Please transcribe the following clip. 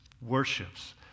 worships